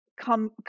come